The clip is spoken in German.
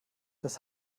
das